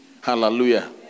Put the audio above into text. Hallelujah